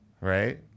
right